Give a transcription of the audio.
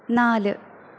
നാല്